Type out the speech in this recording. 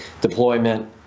deployment